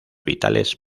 vitales